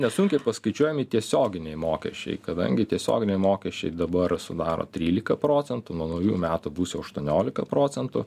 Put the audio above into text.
nesunkiai paskaičiuojami tiesioginiai mokesčiai kadangi tiesioginiai mokesčiai dabar sudaro trylika procentų nuo naujųjų metų bus jau aštuoniolika procentų